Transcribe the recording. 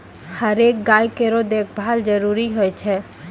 हरेक गाय केरो देखभाल जरूरी होय छै